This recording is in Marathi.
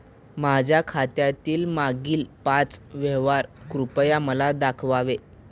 माझ्या खात्यातील मागील पाच व्यवहार कृपया मला दाखवावे